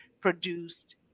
produced